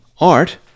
art